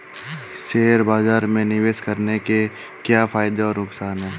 Share बाज़ार में निवेश करने के क्या फायदे और नुकसान हैं?